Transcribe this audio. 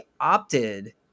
opted